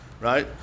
right